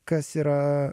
kas yra